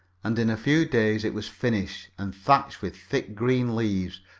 and in a few days it was finished and thatched with thick green leaves,